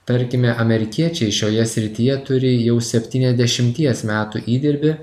tarkime amerikiečiai šioje srityje turi jau septyniasdešimties metų įdirbį